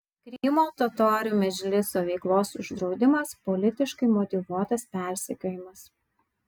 krymo totorių medžliso veiklos uždraudimas politiškai motyvuotas persekiojimas